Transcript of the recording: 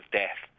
death